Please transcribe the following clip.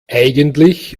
eigentlich